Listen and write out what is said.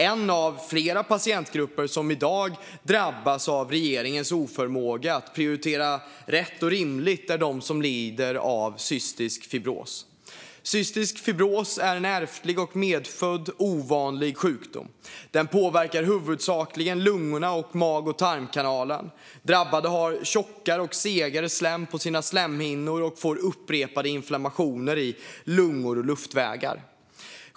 En av flera patientgrupper som i dag drabbas av regeringens oförmåga att prioritera rätt och rimligt är gruppen som lider av cystisk fibros. Cystisk fibros är en ärftlig och medfödd ovanlig sjukdom. Den påverkar huvudsakligen lungorna och mag och tarmkanalen. Drabbade har tjockare och segare slem på sina slemhinnor och får upprepade inflammationer i lungor och luftvägar.